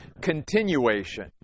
continuation